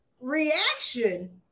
reaction